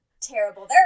terrible